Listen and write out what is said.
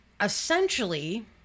essentially